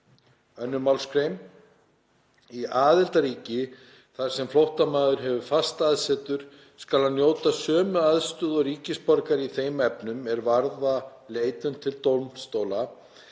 2. Í aðildarríki, þar sem flóttamaður hefur fast aðsetur, skal hann njóta sömu aðstöðu og ríkisborgari í þeim efnum, er varða leitun til dómstóla,